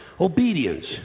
Obedience